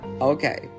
Okay